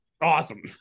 awesome